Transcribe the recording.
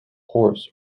horse